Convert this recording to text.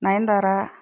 Nayanthara